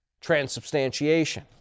transubstantiation